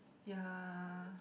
ya